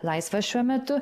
laisvas šiuo metu